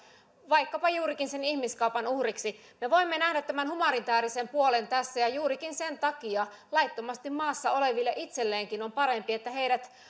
vaikkapa juurikin sen ihmiskaupan uhriksi me voimme nähdä tämän humanitäärisen puolen tässä ja juurikin sen takia laittomasti maassa oleville itselleenkin on parempi että heidät